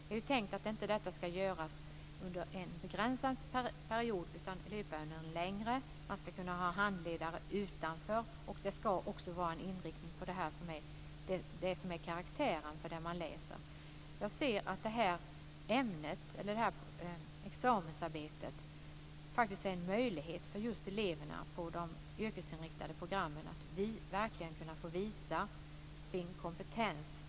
Det är tänkt att detta inte ska göras under en begränsad period, utan det ska löpa under en längre period. Man ska kunna ha handledare utanför, och det ska också vara en inriktning på det som är karaktären för det som man läser. Jag ser att det här examensarbetet faktiskt är en möjlighet för just eleverna på de yrkesinriktade programmen att verkligen få visa sin kompetens.